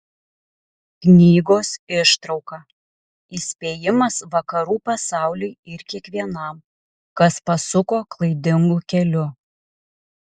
knygos ištrauka įspėjimas vakarų pasauliui ir kiekvienam kas pasuko klaidingu keliu